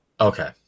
Okay